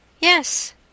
Yes